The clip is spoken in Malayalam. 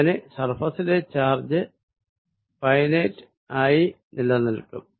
അങ്ങനെ സർഫേസിലെ ചാർജ് ഫിനിറ്റി ആയി നിലനിൽക്കും